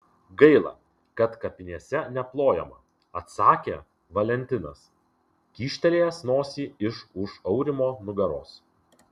gaila kad kapinėse neplojama atsakė valentinas kyštelėjęs nosį iš už aurimo nugaros